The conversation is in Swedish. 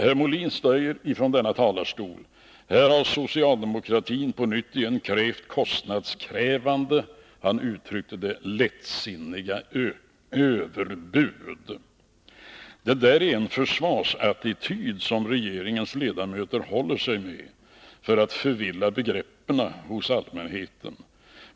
Herr Molin säger från denna talarstol: Här har socialdemokratin på nytt krävt kostnadskrävande åtgärder och framfört, som han uttryckte det, lättsinniga överbud. Det är en försvarsattityd, som regeringens ledamöter håller sig med för att förvilla begreppen hos allmänheten.